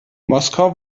moskau